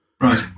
Right